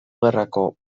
gerrako